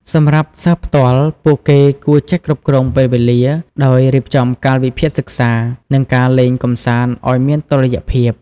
សម្រាប់សិស្សផ្ទាល់ ពួកគេគួរចេះគ្រប់គ្រងពេលវេលា ដោយរៀបចំកាលវិភាគសិក្សា និងការលេងកម្សាន្តឱ្យមានតុល្យភាព។